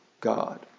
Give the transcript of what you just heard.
God